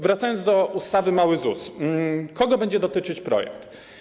Wracając do ustawy mały ZUS, kogo będzie dotyczyć projekt?